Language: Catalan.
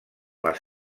les